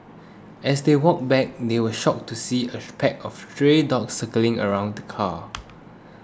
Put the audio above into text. as they walked back they were shocked to see a pack of stray dogs circling around the car